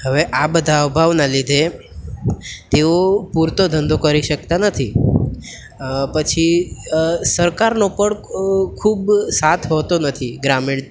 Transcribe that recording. હવે આ બધા અભાવના લીધા તેઓ પૂરતો ધંધો કરી શકતા નથી પછી સરકારનો પણ ખૂબ સાથ હોતો નથી ગ્રામીણ